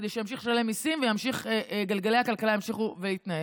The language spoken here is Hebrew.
כדי שימשיך לשלם מיסים וגלגלי הכלכלה ימשיכו להתנהל.